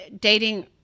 dating